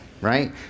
right